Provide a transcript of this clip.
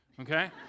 Okay